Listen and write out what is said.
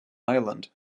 island